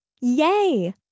yay